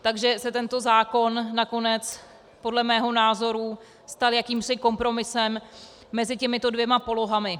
Takže se tento zákon nakonec podle mého názoru stal jakýmsi kompromisem mezi těmito dvěma polohami.